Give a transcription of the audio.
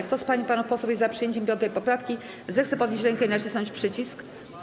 Kto z pań i panów posłów jest za przyjęciem 5. poprawki, zechce podnieść rękę i nacisnąć przycisk.